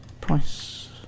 Price